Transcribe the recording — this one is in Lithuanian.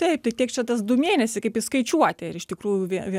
taip tiek čia tas du mėnesiai kaip išskaičiuoti ir iš tikrųjų vė vė